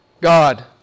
God